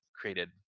created